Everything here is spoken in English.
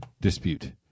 dispute